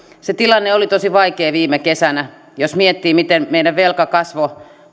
se tilanne oli tosi vaikea viime kesänä jos miettii miten meidän velka kasvoi